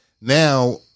Now